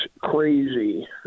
crazy